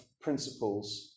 principles